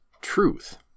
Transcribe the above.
truth